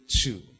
two